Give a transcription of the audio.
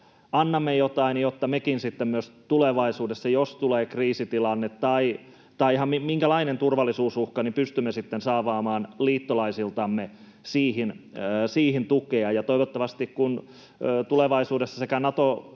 annamme jotain, jotta mekin sitten tulevaisuudessa, jos tulee kriisitilanne tai ihan minkälainen turvallisuusuhka vain, pystymme saamaan liittolaisiltamme siihen tukea. Toivottavasti, kun tulevaisuudessa sekä Nato-sofa-sopimus